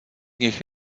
nich